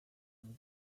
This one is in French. vous